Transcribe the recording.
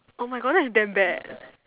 oh my God that's damn bad